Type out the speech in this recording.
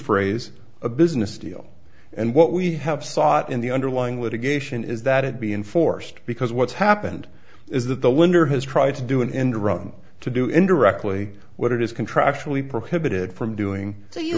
phrase a business deal and what we have sought in the underlying litigation is that it be enforced because what's happened is that the lender has tried to do an end run to do indirectly what it is contractually prohibited from doing so you